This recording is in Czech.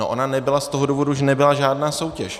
No ona nebyla z toho důvodu, že nebyla žádná soutěž.